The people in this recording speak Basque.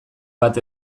bat